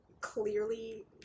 clearly